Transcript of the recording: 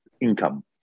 income